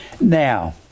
Now